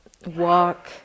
walk